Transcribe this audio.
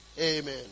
Amen